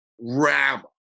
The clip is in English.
Ram